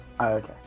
Okay